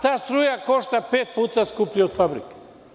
Ta struja košta pet puta skuplja od fabrike.